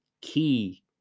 key